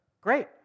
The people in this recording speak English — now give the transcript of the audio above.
great